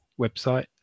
website